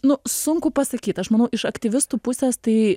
nu sunku pasakyt aš manau iš aktyvistų pusės tai